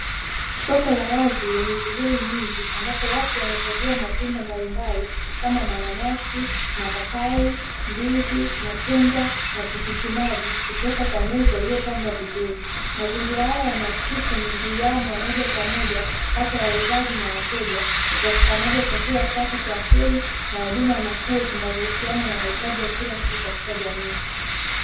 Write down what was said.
Soko la wazi lenye shughuli nyingi ambapo watu wanachagua matunda mbalimbali kama mananasi, mapapai, ndizi, machungwa na tikitimaji kutoka kwa meza, iliopangwa vizuri. Mazingira haya yanaakisi mwingiliano wa moja kwa moja, kati ya wauzaji na wateja, upatikanaji wa chakula safi cha asili, na huduma nafuu zinazohusiana na mahitaji ya kila siku katika jamii.